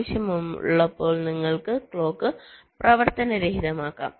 ആവശ്യമുള്ളപ്പോൾ നിങ്ങൾക്ക് ക്ലോക്ക് പ്രവർത്തനരഹിതമാക്കാം